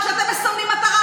וכשאתם מסמנים מטרה,